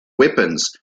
weapons